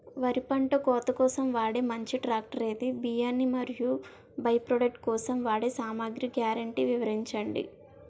వరి పంట కోత కోసం వాడే మంచి ట్రాక్టర్ ఏది? బియ్యాన్ని మరియు బై ప్రొడక్ట్ కోసం వాడే సామాగ్రి గ్యారంటీ వివరించండి?